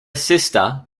sister